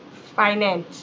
finance